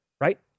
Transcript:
right